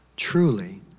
Truly